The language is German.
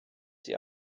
sie